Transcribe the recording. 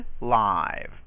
live